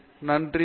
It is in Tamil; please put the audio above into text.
பேராசிரியர் பி